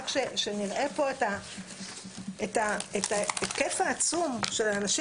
רק שנראה פה את ההיקף העצום של האנשים